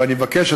ואני מבקש,